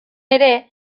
ere